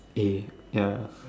eh ya